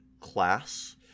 class